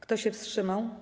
Kto się wstrzymał?